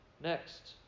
Next